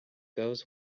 goes